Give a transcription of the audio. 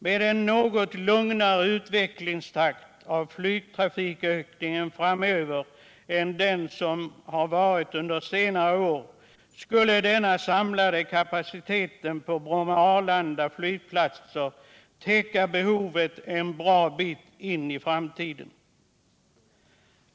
Med en något lugnare utvecklingstakt i flygtrafikökningen framöver än den under senare år skulle den samlade kapaciteten för Bromma och Arlanda flygplatser täcka behovet en bra bit in i framtiden.